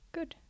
Good